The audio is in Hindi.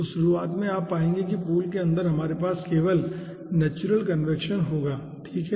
तो शुरुआत में आप पाएंगे कि पूल के अंदर हमारे पास केवल नेचुरल कन्वेक्शन होगा ठीक है